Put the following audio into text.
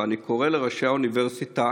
ואני קורא לראשי האוניברסיטה